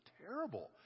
terrible